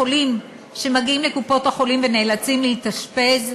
החולים שמגיעים לקופות-החולים ונאלצים להתאשפז,